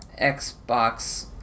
Xbox